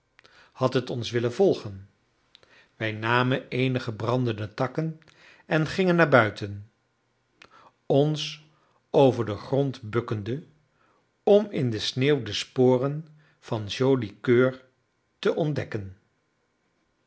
had het ons willen volgen wij namen eenige brandende takken en gingen naar buiten ons over den grond bukkende om in de sneeuw de sporen van joli coeur te ontdekken